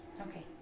okay